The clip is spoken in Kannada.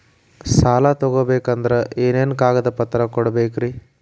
ಸಾಲ ತೊಗೋಬೇಕಂದ್ರ ಏನೇನ್ ಕಾಗದಪತ್ರ ಕೊಡಬೇಕ್ರಿ?